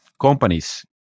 companies